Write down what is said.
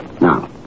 Now